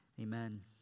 Amen